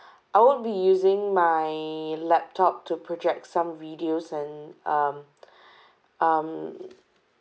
I would be using my laptop to project some videos and um um